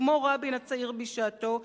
וכמו רבין הצעיר בשעתו,